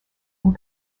and